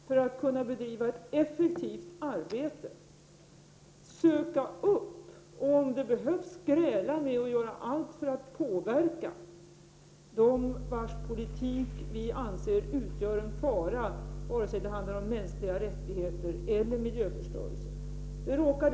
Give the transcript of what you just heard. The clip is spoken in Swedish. För att kunna bedriva ett effektivt arbete måste jag söka upp och, om det behövs, gräla med och göra allt för att påverka dem, vars politik vi anser utgör en fara, vare sig det handlar om mänskliga rättigheter eller om miljöförstörelse.